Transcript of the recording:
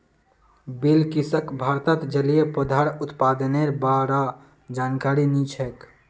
बिलकिसक भारतत जलिय पौधार उत्पादनेर बा र जानकारी नी छेक